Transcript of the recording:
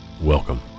Welcome